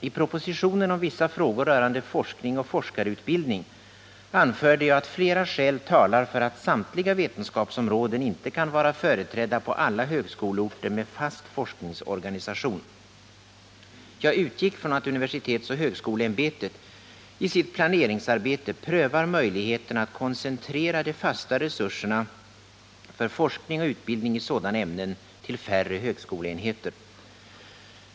I propositionen om vissa frågor rörande forskning och forskarutbildning anförde jag att flera skäl talar för att samtliga vetenskapsområden inte kan vara företrädda på alla högskoleorter med fast forskningsorganisation. Jag utgick från att universitetsoch 'högskoleämbetet i sitt planeringsarbete prövar möjligheterna att koncentrera de fasta resurserna för forskning och utbildning i sådana ämnen till färre högskoleenheter.